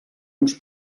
uns